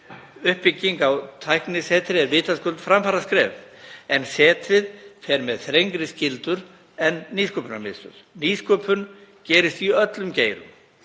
Uppbygging á tæknisetri er vitaskuld framfaraskref en setrið fer með þrengri skyldur en Nýsköpunarmiðstöð. Nýsköpun gerist í öllum geirum.